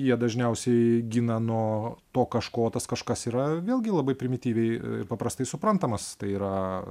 jie dažniausiai gina nuo to kažko o tas kažkas yra vėlgi labai primityviai ir paprastai suprantamas tai yra